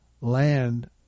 land